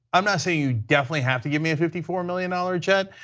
um saying you definitely have to give me a fifty four million dollars jet,